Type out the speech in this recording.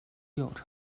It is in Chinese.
调查